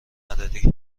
نداری